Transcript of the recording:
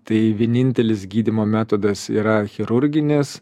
tai vienintelis gydymo metodas yra chirurginis